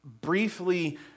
briefly